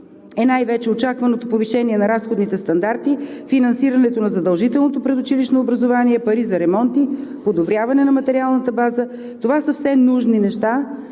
е най-вече очакваното повишение на разходните стандарти, финансирането на задължителното предучилищно образование, пари за ремонти, подобряване на материалната база. Това са все нужни неща,